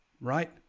right